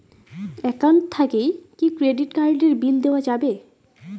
Account থাকি কি credit card এর বিল দেওয়া যাবে?